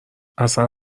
اصلن